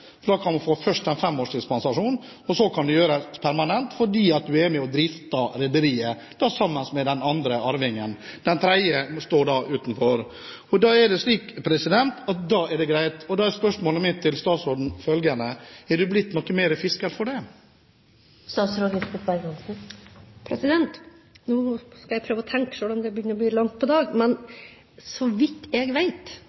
sammen med den andre arvingen. Den tredje står da utenfor. Da er det greit. Da er mitt spørsmål til statsråden følgende: Er man blitt noe mer fisker for det? Nå skal jeg prøve å tenke, selv om det begynner å bli langt på dag.